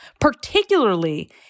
particularly